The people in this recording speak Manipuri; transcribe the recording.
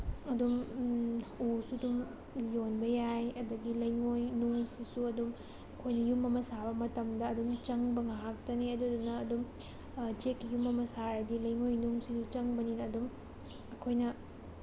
ꯑꯗꯨꯝ ꯎꯁꯨ ꯑꯗꯨꯝ ꯌꯣꯟꯕ ꯌꯥꯏ ꯑꯗꯒꯤ ꯂꯩꯉꯣꯏ ꯅꯨꯡꯁꯤꯁꯨ ꯑꯗꯨꯝ ꯑꯩꯈꯣꯏꯅ ꯌꯨꯝ ꯑꯃ ꯁꯥꯕ ꯃꯇꯝꯗ ꯑꯗꯨꯝ ꯆꯪꯕ ꯉꯥꯛꯇꯅꯤ ꯑꯗꯨꯗꯨꯅ ꯑꯗꯨꯝ ꯆꯦꯛꯀꯤ ꯌꯨꯝ ꯑꯃ ꯁꯥꯔꯗꯤ ꯂꯩꯉꯥꯣꯏ ꯅꯨꯡꯁꯤꯁꯨ ꯆꯪꯕꯅꯤꯅ ꯑꯗꯨꯝ ꯑꯩꯈꯣꯏꯅ